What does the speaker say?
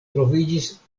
troviĝis